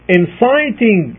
inciting